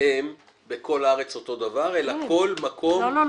אם בכל הארץ אותו דבר אלא כל מקום --- אני